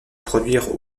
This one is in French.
produire